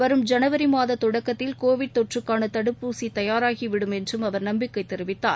வரும் ஜனவரி மாத தொடக்கத்தில் கோவிட் தொற்றுக்காள தடுப்பூசி தயாராகிவிடும் என்றும் அவர் நம்பிக்கை தெரிவித்தார்